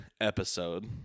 episode